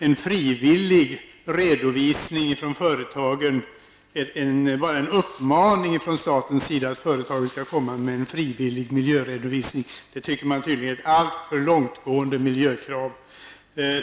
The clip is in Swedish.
Enbart en uppmaning från statens sida att företagen skall komma med en frivillig miljöredovisning anser man tydligen är ett alltför långtgående miljökrav.